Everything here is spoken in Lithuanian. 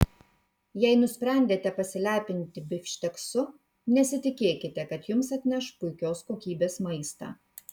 jei nusprendėte pasilepinti bifšteksu nesitikėkite kad jums atneš puikios kokybės maistą